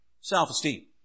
self-esteem